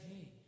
hey